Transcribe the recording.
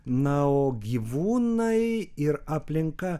na o gyvūnai ir aplinka